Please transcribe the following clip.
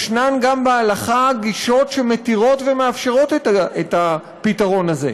יש גם בהלכה גישות שמתירות ומאפשרות את הפתרון הזה,